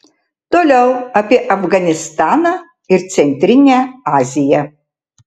toliau apie afganistaną ir centrinę aziją